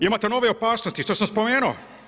Imate nove opasnosti što sam spomenuo.